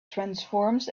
transforms